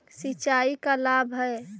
सिंचाई का लाभ है?